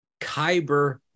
Kyber